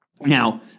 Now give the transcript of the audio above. Now